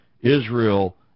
Israel